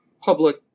public